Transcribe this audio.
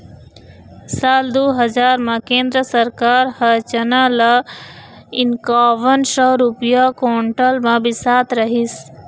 साल दू हजार म केंद्र सरकार ह चना ल इंकावन सौ रूपिया कोंटल म बिसात रहिस